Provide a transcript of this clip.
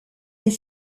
est